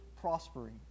prospering